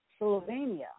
Slovenia